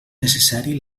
necessari